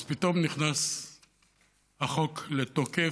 אז פתאום נכנס החוק לתוקף.